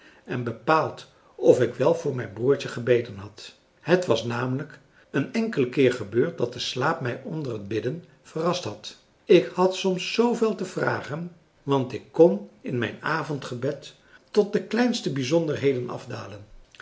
en bepaald of ik wel voor mijn broertje gebeden had het was namelijk een enkelen keer gebeurd dat de slaap mij onder het bidden verrast had ik had soms zooveel te vragen want ik kon in mijn avondgebed tot de kleinste bijzonderheden afdalen